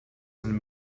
einen